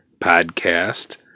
podcast